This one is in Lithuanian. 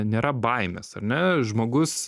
nėra baimės ar ne žmogus